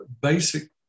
basic